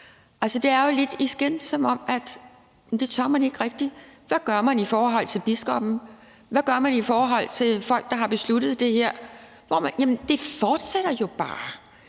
det er jo igen lidt, som om man ikke rigtig tør det. Hvad gør man i forhold til biskoppen? Hvad gør man i forhold til folk, der har besluttet det her? Det fortsætter jo bare.